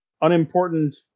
unimportant